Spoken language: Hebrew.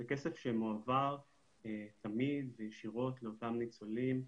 זה כסף שמועבר תמיד ישירות לאותם ניצולים,